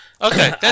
Okay